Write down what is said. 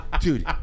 Dude